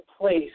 place